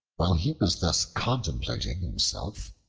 while he was thus contemplating himself,